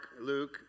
Luke